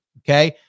Okay